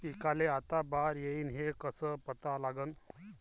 पिकाले आता बार येईन हे कसं पता लागन?